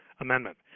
Amendment